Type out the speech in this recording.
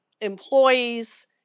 employees